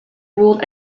ruled